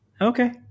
Okay